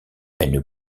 une